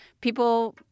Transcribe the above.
people